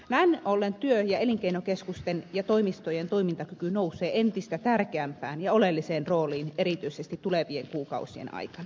näin ollen työ ja elinkeinokeskusten ja toimistojen toimintakyky nousee entistä tärkeämpään ja oleelliseen rooliin erityisesti tulevien kuukau sien aikana